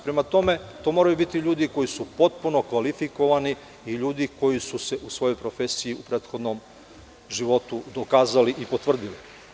Prema tome, to moraju biti ljudi koji su potpuno kvalifikovani i ljudi koji su se u svojoj profesiji u prethodnom životu dokazali i potvrdili.